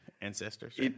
ancestors